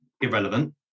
irrelevant